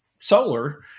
solar